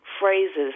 phrases